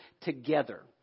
together